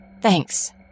Thanks